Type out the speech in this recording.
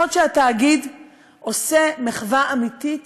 רוצה לראות שהתאגיד עושה מחווה אמיתית